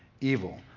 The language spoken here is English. evil